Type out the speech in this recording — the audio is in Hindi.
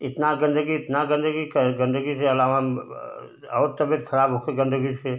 इतना गंदगी इतना गंदगी कहे गंदगी के अलावा और तबियत खराब हो के गंदगी से